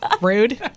Rude